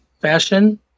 fashion